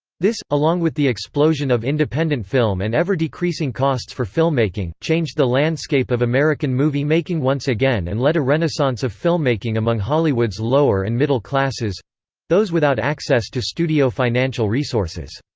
this, along with the explosion of independent film and ever-decreasing costs for filmmaking, changed the landscape of american movie-making once again and led a renaissance of filmmaking among hollywood's lower and middle-classes those without access to studio financial resources.